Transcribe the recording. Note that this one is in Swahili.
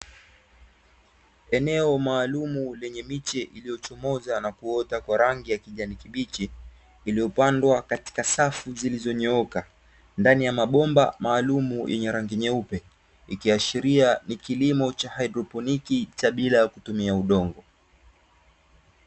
Eneo maalumu lenye miche iliyochomoza na kuota kwa rangi ya kijani kibichi. Iliyopandwa katika safu zilizonyooka, ndani ya mabomba maalumu yenye rangi nyeupe ikiashiria ni kilimo cha hydroponi cha bila ya kutumia udongo.